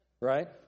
right